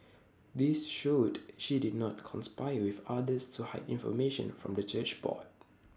this showed she did not conspire with others to hide information from the church board